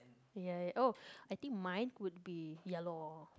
ya oh I think mine would be yellow